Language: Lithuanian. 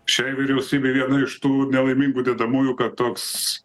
šiai vyriausybei viena iš tų nelaimingų dedamųjų kad toks